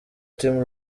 team